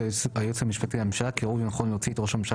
היועץ המשפטי לממשלה כי ראוי ונכון להוציא את ראש הממשלה